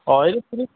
অঁ